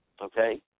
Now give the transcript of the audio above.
okay